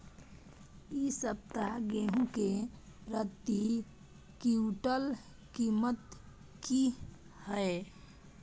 इ सप्ताह गेहूं के प्रति क्विंटल कीमत की हय?